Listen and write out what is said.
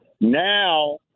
now